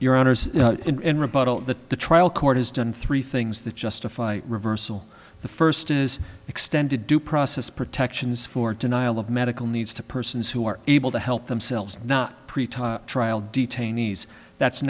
rebuttal that the trial court has done three things that justify reversal the first is extended due process protections for denial of medical needs to persons who are able to help themselves not trial detainees that's